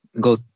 go